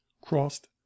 crossed